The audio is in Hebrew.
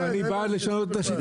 אז אני בא לשנות את השיטה.